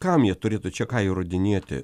kam jie turėtų čia ką įrodinėti